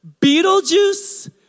Beetlejuice